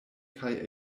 kaj